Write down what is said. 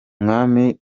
mwami